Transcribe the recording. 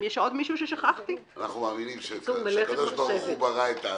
אנחנו מאמינים שהקב"ה ברא את האדם.